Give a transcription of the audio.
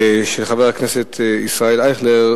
של חבר הכנסת ישראל אייכלר,